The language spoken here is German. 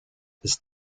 ist